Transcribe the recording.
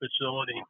facility